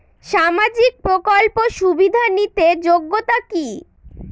সামাজিক প্রকল্প সুবিধা নিতে যোগ্যতা কি?